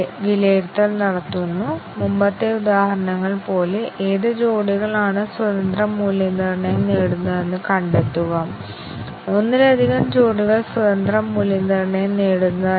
കണ്ടിഷന്റ്റെ പ്രധാനപ്പെട്ട കോമ്പിനേഷനുകൾ പരീക്ഷിക്കാൻ ഞങ്ങൾ ആഗ്രഹിക്കുന്ന എല്ലാ വ്യവസ്ഥകളുടെയും കോമ്പിനേഷനുകൾ പരീക്ഷിക്കാൻ ഞാൻ ആഗ്രഹിക്കുന്നില്ല പ്രധാനമായി ഞങ്ങൾ അർത്ഥമാക്കുന്നത് ഓരോ അടിസ്ഥാന കണ്ടിഷൻ ആണ്